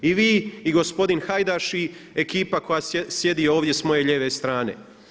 I vi i gospodin Hajdaš i ekipa koja sjedi ovdje s moje lijeve strane.